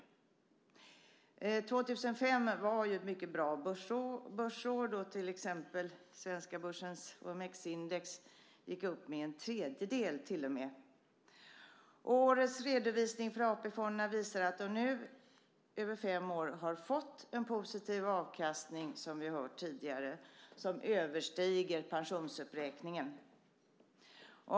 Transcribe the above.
År 2005 var ett mycket bra börsår då till exempel svenska börsens OMX-index gick upp med till och med en tredjedel. Årets redovisning för AP-fonderna visar att de nu över fem år har fått en positiv avkastning, som vi hört tidigare, som överstiger pensionsuppräkningen.